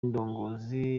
indongozi